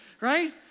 right